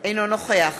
אינו נוכח